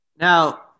Now